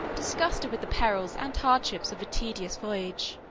disgusted with the perils and hardships of a tedious voyage,